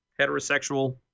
Heterosexual